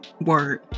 word